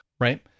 Right